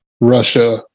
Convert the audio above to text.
Russia